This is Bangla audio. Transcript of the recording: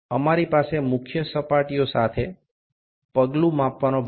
আমাদের প্রধান তলের সাপেক্ষে ধাপগুলি সজ্জিত থাকে